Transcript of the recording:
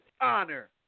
honor